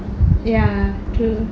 ya true